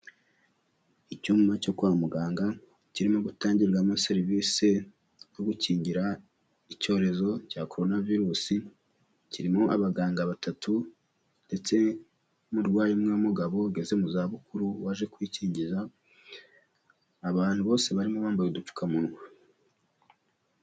Icyumba cyo kwa muganga, kirimo gutangirwamo serivisi zo gukingira, icyorezo cya Korona virusi, kirimo abaganga batatu, ndetse n'umurwayi umwe w'umugabo ugeze mu zabukuru waje kwikingiza, abantu bose barimo bambaye udupfukamunwa.